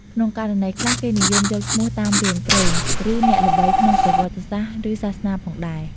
ក្នុងករណីខ្លះ គេនិយមយកឈ្មោះតាមរឿងព្រេង ឬអ្នកល្បីក្នុងប្រវត្តិសាស្ត្រឬសាសនាផងដែរ។